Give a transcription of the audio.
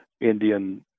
Indian